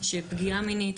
שפגיעה מינית,